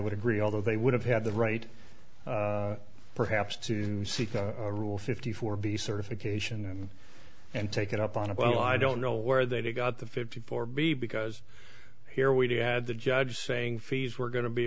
would agree although they would have had the right perhaps to seek a rule fifty four b certification and take it up on a well i don't know where they got the fifty four b because here we did add the judge saying fees were going to be